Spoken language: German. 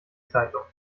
zeitung